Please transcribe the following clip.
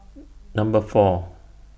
Number four